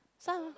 so